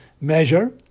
measure